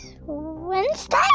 wednesday